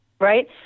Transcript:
right